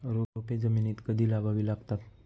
रोपे जमिनीत कधी लावावी लागतात?